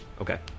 okay